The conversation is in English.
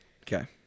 Okay